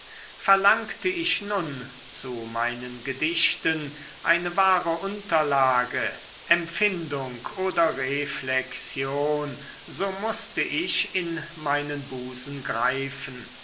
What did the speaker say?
verlangte ich nun zu meinen gedichten eine wahre unterlage empfindung oder reflexion so mußte ich in meinen busen greifen